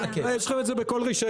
לא, לא, יש לך את זה בכל רישיון.